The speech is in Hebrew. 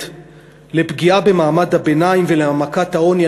לפגיעה במעמד הביניים ולהעמקת העוני,